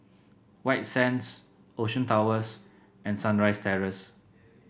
White Sands Ocean Towers and Sunrise Terrace